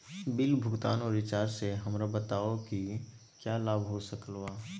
Bill भुगतान और recharge से हमरा बताओ कि क्या लाभ हो सकल बा?